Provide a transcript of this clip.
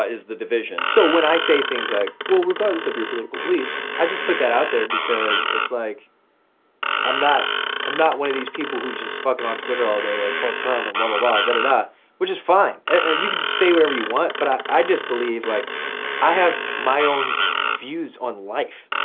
is the division. so when i say things like, well regardless of your political beliefs. i just put that out there because it's like i'm not i'm not one of these people who just fucking on twitter all day like fuck trump and da ah da da. which is fine you can just say whatever you want but i i just believe like i have my own views on life.